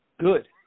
good